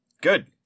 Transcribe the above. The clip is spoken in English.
Good